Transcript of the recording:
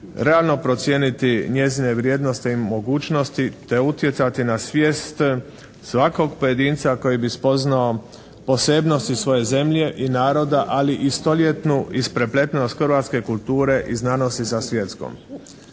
realno procijeniti njezine vrijednosti i mogućnosti te utjecati na svijest svakog pojedinca koji bi spoznao posebnosti svoje zemlje i naroda, ali i stoljetnu isprepletenost hrvatske kulture i znanosti sa svjetskom.